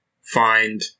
find